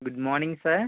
good morning sir